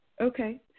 Okay